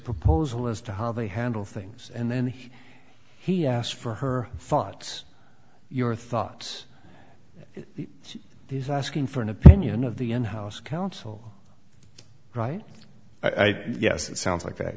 proposal as to how they handle things and then he he asks for her thoughts your thoughts he's asking for an opinion of the in house counsel right i think yes it sounds like that